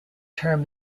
term